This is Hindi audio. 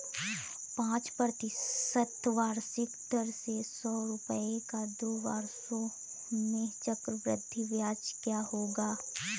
पाँच प्रतिशत वार्षिक दर से सौ रुपये का दो वर्षों में चक्रवृद्धि ब्याज क्या होगा?